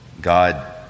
God